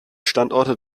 standorte